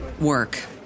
work